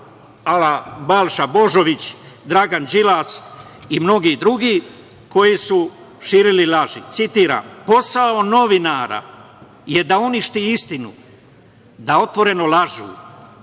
ala Balša Božović, Dragan Đilas i mnogi drugi koji su širili laži, citiram – posao novinara je da uništi istinu, da otvoreno lažu,